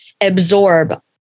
absorb